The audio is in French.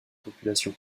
population